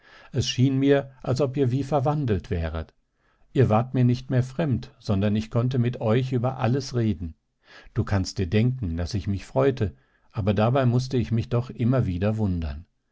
es schien mir als ob ihr wie verwandelt wäret ihr wart mir nicht mehr fremd sondern ich konnte mit euch über alles reden du kannst dir denken daß ich mich freute aber dabei mußte ich mich doch immer wieder wundern